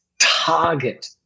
target